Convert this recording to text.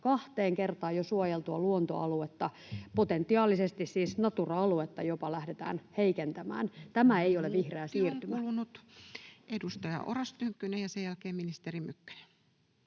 kahteen kertaan suojeltua luontoaluetta — potentiaalisesti siis jopa Natura-aluetta lähdetään heikentämään. Tämä ei ole vihreää siirtymää. Minuutti on kulunut. — Edustaja Oras Tynkkynen, ja sen jälkeen ministeri Mykkänen.